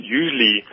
usually